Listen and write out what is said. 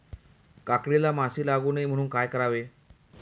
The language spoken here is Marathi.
काकडीला माशी लागू नये म्हणून काय करावे?